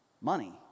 Money